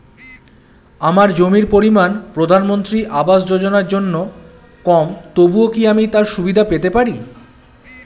আমার জমির পরিমাণ প্রধানমন্ত্রী আবাস যোজনার জন্য কম তবুও কি আমি তার সুবিধা পেতে পারি?